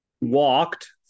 Walked